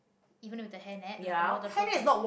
even with the hair net like a waterproof one